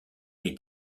est